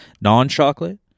Non-chocolate